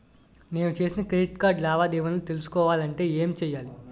నేను చేసిన credit card లావాదేవీలను తెలుసుకోవాలంటే ఏం చేయాలి?